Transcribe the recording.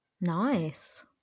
Nice